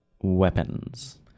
weapons